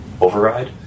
override